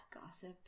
gossip